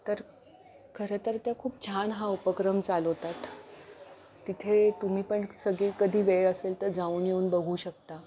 तर खरंतर त्या खूप छान हा उपक्रम चालवत आहेत तिथे तुम्ही पण सगळे कधी वेळ असेल तर जाऊन येऊन बघू शकता